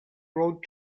road